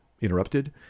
interrupted